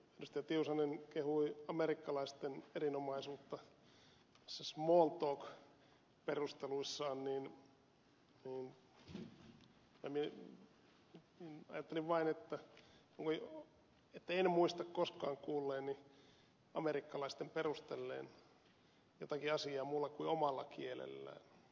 tiusanen kehui amerikkalaisten erinomaisuutta näissä small talk perusteluissaan niin ajattelin vain että en muista koskaan kuulleeni amerikkalaisten perustelleen jotakin asiaa muulla kuin omalla kielellään